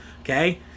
okay